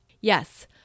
Yes